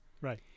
right